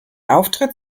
auftritt